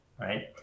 right